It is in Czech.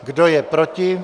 Kdo je proti?